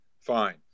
fine